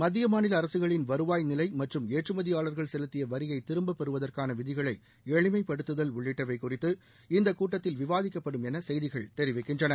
மத்திய மாநில அரசுகளின் வருவாய் நிலை மற்றும் ஏற்றுமதியாளர்கள் செலுத்திய வரியை திரும்பபெறுவதற்கான விதிகளை எளிமைப்படுத்துதல் உள்ளிட்டவை குறித்து இந்தக் கூட்டத்தில் விவாதிக்கப்படும் என செய்திகள் தெரிவிக்கின்றன